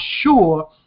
sure